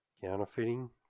counterfeiting